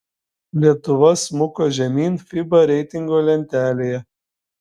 lietuva smuko žemyn fiba reitingo lentelėje